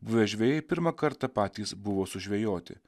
buvę žvejai pirmą kartą patys buvo sužvejoti